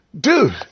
dude